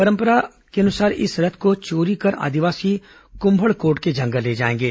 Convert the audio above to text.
परंपरानुसार इस रथ को चोरी कर आदिवासी कुम्भड़कोट के जंगल ले जाएंगे